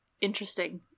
Interesting